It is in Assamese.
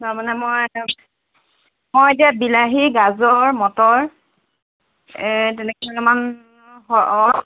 তাৰমানে মই মই এতিয়া বিলাহী গাজৰ মটৰ তেনেকুৱা মান অঁ হয়